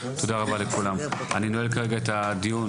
תודה רבה לכולם, אני נועל את הדיון.